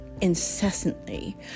incessantly